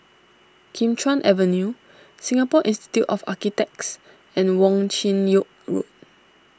Kim Chuan Avenue Singapore Institute of Architects and Wong Chin Yoke Road